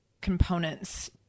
components